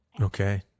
Okay